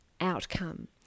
outcome